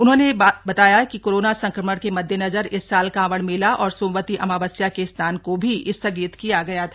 आपको बता दें कि कोरोनो संक्रमण के मद्देनजर इस साल कांवड़ मेला और सोमवती अमावस्या के स्नान को भी स्थगित किया गया था